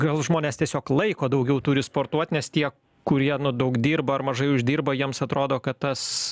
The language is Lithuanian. gal žmonės tiesiog laiko daugiau turi sportuot nes tie kurie daug dirba ar mažai uždirba jiems atrodo kad tas